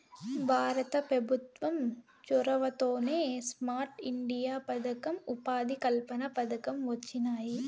భారత పెభుత్వం చొరవతోనే స్మార్ట్ ఇండియా పదకం, ఉపాధి కల్పన పథకం వొచ్చినాయి